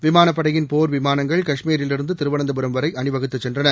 விமானப்படையின் போர் விமானங்கள் கஷ்மீரிலிருந்து திருவனந்தபுரம் வரை அணி வகுத்து சென்றன